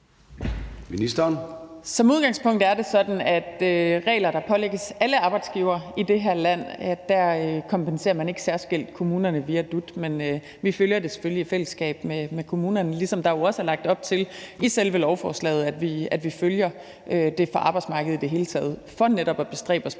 Som udgangspunkt er det sådan med regler, der pålægges alle arbejdsgivere i det her land, at der kompenserer man ikke særskilt kommunerne via dut. Men vi følger det selvfølgelig i fællesskab med kommunerne, ligesom der jo også er lagt op til i selve lovforslaget, at vi følger det på arbejdsmarkedet i det hele taget for netop at bestræbe os på,